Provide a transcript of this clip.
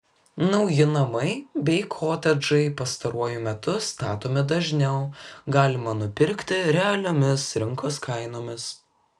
nauji namai bei kotedžai pastaruoju metu statomi dažniau galima nupirkti realiomis rinkos kainomis